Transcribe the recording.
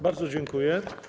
Bardzo dziękuję.